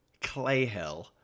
Clayhill